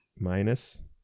Minus